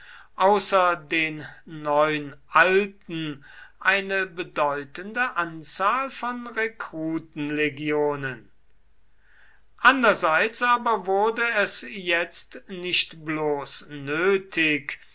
außer den neun alten eine bedeutende anzahl von rekrutenlegionen andererseits aber wurde es jetzt nicht bloß nötig